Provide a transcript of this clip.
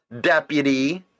deputy